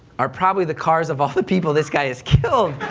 are probably the cars of all the people this guy has killed,